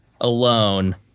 alone